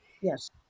Yes